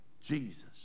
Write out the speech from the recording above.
Jesus